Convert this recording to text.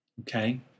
Okay